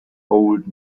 old